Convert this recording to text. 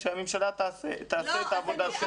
שהממשלה תעשה את העבודה שלה.